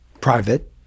private